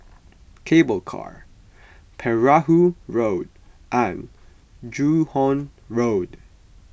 Cable Car Perahu Road and Joo Hong Road